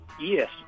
Yes